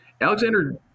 Alexander